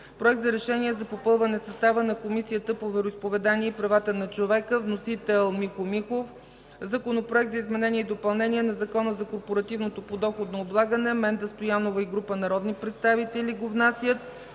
Проект за решение за попълване състава на Комисията по вероизповедания и правата на човека. Вносител – Михо Михов. Законопроект за изменение и допълнение на Закона за корпоративното подоходно облагане. Вносител – Менда Стоянова и група народни представители. Водеща